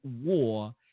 war